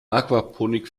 aquaponik